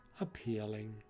Appealing